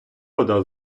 вода